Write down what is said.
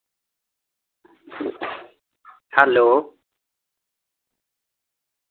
hello